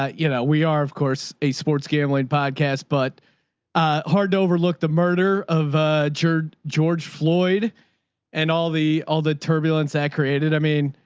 you know, we are of course a sports gambling podcast, but ah, hard to overlook the murder of a juror, george floyd and all the, all the turbulence act created. i mean,